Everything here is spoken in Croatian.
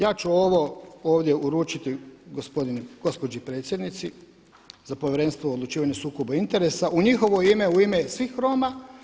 Ja ću ovo ovdje uručiti gospođi predsjednici za Povjerenstvo o odlučivanju sukoba interesa u njihovo ime, u ime svih Roma.